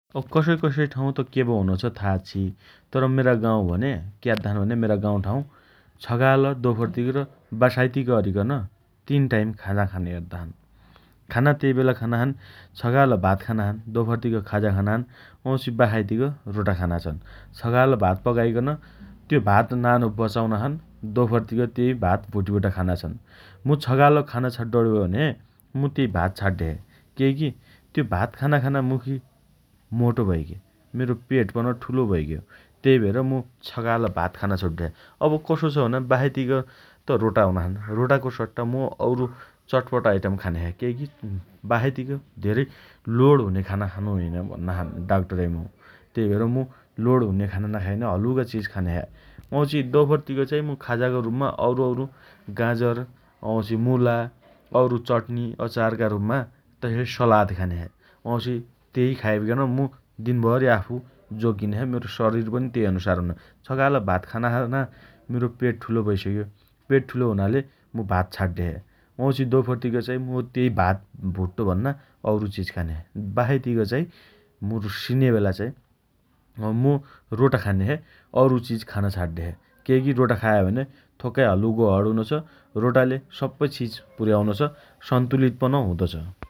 कसै कसै ठाउँ के पो हुनो छ था आच्छि । तर, मेरा गाउँ भने क्याद्दा छन् भने मेरा गाउँठाउँ छकाल दोफर्तिक र बासाइतिक अरिकन तीन टाइम खाना खाने अद्दे छन् । खाना तेइ बेला खाना छन् । छकाल भात खाना छन् । दोफर्तिक खाजा खाना छन् । वाउँछि बासाइतिक रोटा खाना छन् । छकाल भात पकाइकन त्यो भात नानो बचाउना छन् । दोफर्तिक तेइ भात भुटिबट खाना छन् । मु छकाल खाना छाड्डो पण्यो भने मु तेइ भात छाड्डे छे । केइकी त्यो भात खानाखाना मुखी मोटो भइगे । मेरो पेटपन ठूलो भैगो । तेइ भएर मु छकाल भात खान छाड्डे छे । अब कसो छ भने बासाइतिक त रोटा हुना छन् । रोटाको सट्टा मु औरु चटपट आइटम खाने छे । केइकी बासाइतिक धेरै लोड हुने खाना खानो होइन भन्ना छन् डाँक्टरै मौ । तेइ भएर लोड हुने खाना नखाइन हलुका चिज खाने छे । वाउँछि दोफर्तिक चइ मु खाजाका रुपमा अउरु अउरु गाँजर, वाउँछि मुला अउरु चट्नी अचारका रुपमा तेसइ सलाद खाने छे । वाउँछि तेइ खाइकन मु दिनभरि आफू जोगिने छे । मेरो शरिर पनि तेइ अनुसार हुने । छकाल भात खाना खाना मेरो पेट ठूलो भइसक्यो । पेट ठूलो हुनाले मु भात छाड्डे छे । वाउँछि दोफर्तिक चाई मु तेइ भात भुट्टो भन्ना अउरु चिज खाने छे । बासाइतिक चाई मु सिने बेला चाई अँ मु रोटा हालि खाने छे । अउरु चिज खान छाड्डे छे । केइकी रोटा खाए भने थोक्काइ हलुको हण हुनोछ । रोटाले सप्पै चिज पुर्याउनो छ । सन्तुलित पन हुँदो छ ।